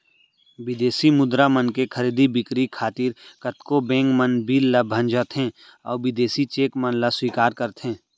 बिदेसी मुद्रा मन के खरीदी बिक्री खातिर कतको बेंक मन बिल ल भँजाथें अउ बिदेसी चेक मन ल स्वीकार करथे